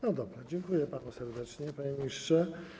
No dobra, dziękuję panu serdecznie, panie ministrze.